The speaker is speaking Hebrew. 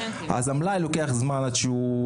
לוקח זמן למלאי.